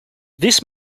this